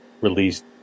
released